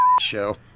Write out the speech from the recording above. show